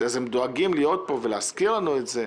הם דואגים להיות פה ולהזכיר לנו את זה.